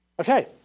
Okay